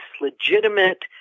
legitimate